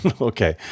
Okay